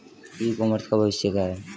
ई commerce का भविष्य क्या है?